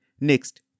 Next